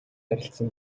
ярилцсан